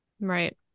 Right